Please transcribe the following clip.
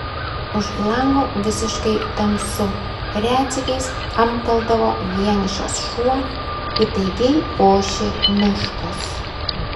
už lango visiškai tamsu retsykiais amteldavo vienišas šuo įtaigiai ošė miškas